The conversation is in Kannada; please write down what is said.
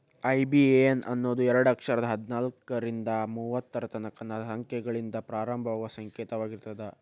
ಐ.ಬಿ.ಎ.ಎನ್ ಅನ್ನೋದು ಎರಡ ಅಕ್ಷರದ್ ಹದ್ನಾಲ್ಕ್ರಿಂದಾ ಮೂವತ್ತರ ತನಕಾ ಸಂಖ್ಯೆಗಳಿಂದ ಪ್ರಾರಂಭವಾಗುವ ಸಂಕೇತವಾಗಿರ್ತದ